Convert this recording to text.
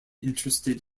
interested